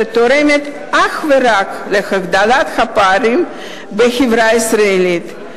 שתורמת אך ורק להגדלת הפערים בחברה הישראלית,